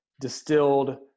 distilled